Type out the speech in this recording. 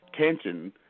tension